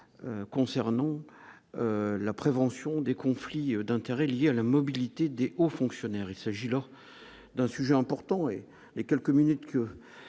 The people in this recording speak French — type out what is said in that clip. concernant la prévention des conflits d'intérêts liés à la mobilité des qu'aux fonctionnaires, il s'agit là d'un sujet important et les quelques minutes que